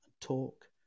talk